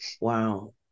Wow